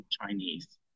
Chinese